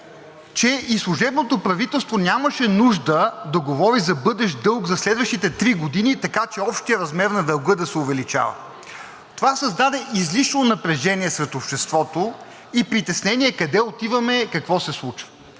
че служебното правителство нямаше нужда да говори за бъдещ дълг за следващите три години, така че общият размер на дълга да се увеличава. Това създаде излишно напрежение сред обществото и притеснение къде отиваме и какво се случва.